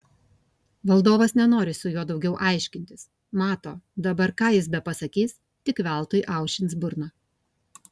valdovas nenori su juo daugiau aiškintis mato dabar ką jis bepasakys tik veltui aušins burną